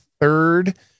third